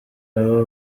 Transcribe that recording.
abo